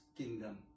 kingdom